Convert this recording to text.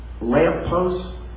lampposts